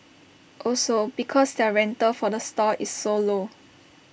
also because their rental for the stall is so low